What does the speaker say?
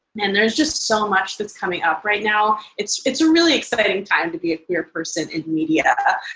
and there's just so much that's coming up right now. it's it's a really exciting time to be a queer person in media.